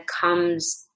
comes